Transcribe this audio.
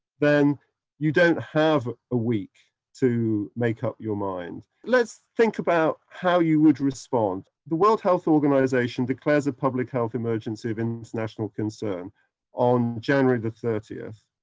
then you don't have a week to make up your mind. let's think about how you would respond. the world health organization declares a public health emergency of and international concern on january thirtieth.